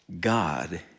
God